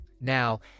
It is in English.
now